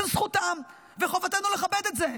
זו זכותם, וחובתנו לכבד את זה.